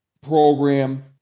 program